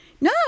no